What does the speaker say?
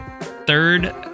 third